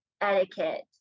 etiquette